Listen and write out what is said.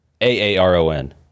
A-A-R-O-N